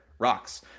Rocks